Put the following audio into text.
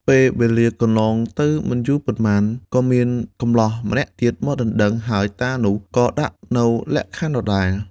ពេលវេលាកន្លងទៅមិនយូរប៉ុន្មាន ក៏មានកម្លោះម្នាក់ទៀតមកដណ្ដឹង ហើយតានោះក៏ដាក់នូវលក្ខខណ្ឌដដែល។